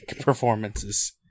performances